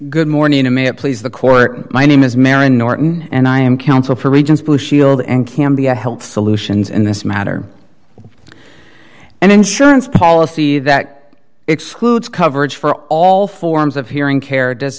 good morning i'm a please the court my name is marion norton and i am counsel for regions blue shield and can be a health solutions in this matter an insurance policy that excludes coverage for all forms of hearing care does